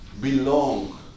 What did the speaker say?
belong